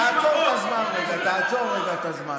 תעצור רגע את הזמן.